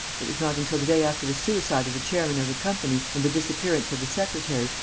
it was not until the day after the suicide of the chairman of the company and the disappearance of the secretary,